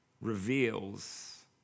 reveals